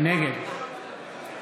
נגד